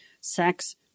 sex